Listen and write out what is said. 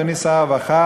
אדוני שר הרווחה,